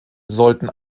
sollten